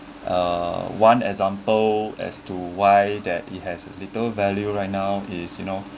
uh one example as to why that it has little value right now is you know